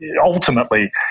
ultimately